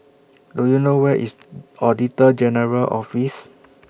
Do YOU know Where IS Auditor General's Office